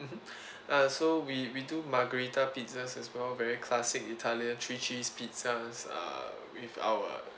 mmhmm uh so we we do margarita pizzas as well very classic italian three cheese pizzas uh with our